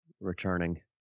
returning